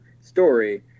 story